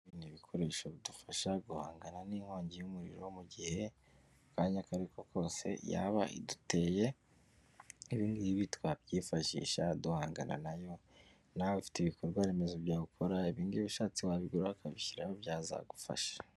Ni ibikoresho bidufasha guhangana n'inkongi y'umuriro, mu gihe akanya ako ariko kose yaba iduteye, ibi ngibi twabyifashisha duhangana nayo, nawe ufite ibikorwa remezo byawe ukora, ibi ngibi ushatse wabigura akabishyiraho byazagufasha.